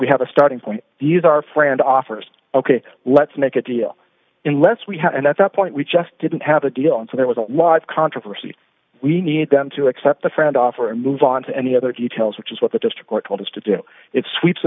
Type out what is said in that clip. we have a starting point use our friend offers ok let's make a deal in let's we have and at that point we just didn't have a deal and so there was a lot of controversy we need them to accept the friend offer and move on to any other details which is what the district court told us to do it sweeps